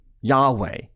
Yahweh